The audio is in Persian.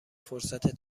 فرصت